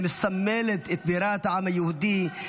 שמסמלת את בירת העם היהודי,